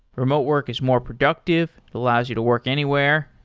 remote work is more productive. it allows you to work anywhere.